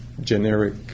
generic